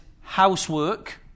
housework